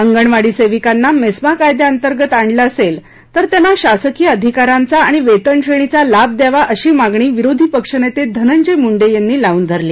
अंगणवाडी सेविकांना मेस्मा कायद्याअंतर्गत आणलं असेल तर त्यांना शासकिय अधिकारांचा आणि वेतनश्रेणीचा लाभ द्यावा अशी मागणी विरोधी पक्षनेते धनंजय मुंडे यांनी लावून धरली